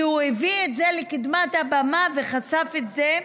כי הוא הביא את זה לקדמת הבמה וחשף את זה.